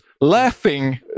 laughing